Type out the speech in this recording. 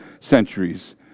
centuries